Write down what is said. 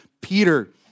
Peter